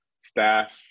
staff